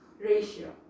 ratio